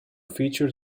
featured